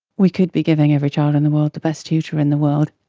we could be giving every child in the world the best tutor in the world,